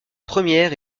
première